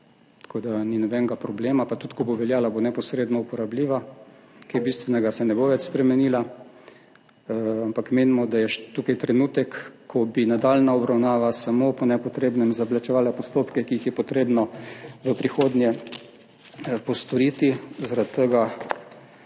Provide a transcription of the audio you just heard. tako da ni nobenega problema, pa tudi ko bo veljala, bo neposredno uporabljiva, kaj bistvenega se ne bo več spremenila. Ampak menimo, da je tukaj trenutek, ko bi nadaljnja obravnava samo po nepotrebnem zavlačevala postopke, ki jih je potrebno v prihodnje postoriti. Zaradi tega